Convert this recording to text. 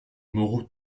moraux